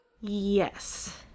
Yes